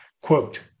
Quote